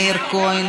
מאיר כהן,